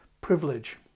privilege